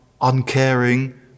uncaring